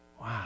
Wow